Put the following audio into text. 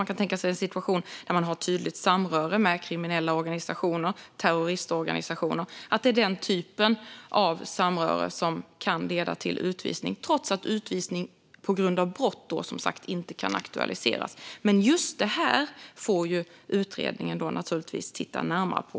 Man kan tänka sig en situation där någon har tydligt samröre med kriminella organisationer eller terroristorganisationer och att det är den typen av samröre som kan leda till utvisning, trots att utvisning på grund av brott som sagt inte kan aktualiseras. Men just detta får utredningen naturligtvis titta närmare på.